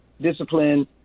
discipline